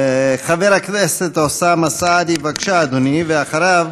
חבר הכנסת אוסאמה סעדי, בבקשה, אדוני, ואחריו,